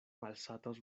malsatos